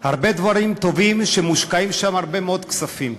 הרבה דברים טובים שמושקעים בהם הרבה מאוד כספים.